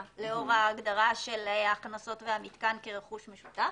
לאור ההגדרה של ההכנסות והמתקן כרכוש משותף.